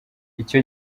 ico